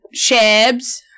Shabs